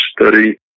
study